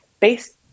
based